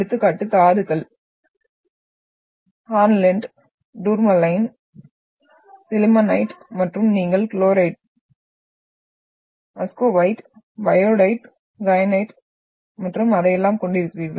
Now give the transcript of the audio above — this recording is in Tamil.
எடுத்துக்காட்டு தாதுக்கள் ஹார்ன்லெண்ட் டூர்மலைன் சில்லிமானைட் மற்றும் நீங்கள் குளோரைட் மஸ்கோவைட் பயோடைட் கயனைட் மற்றும் அதையெல்லாம் கொண்டிருக்கிறீர்கள்